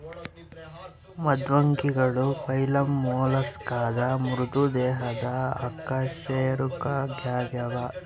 ಮೃದ್ವಂಗಿಗಳು ಫೈಲಮ್ ಮೊಲಸ್ಕಾದ ಮೃದು ದೇಹದ ಅಕಶೇರುಕಗಳಾಗ್ಯವ